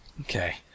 Okay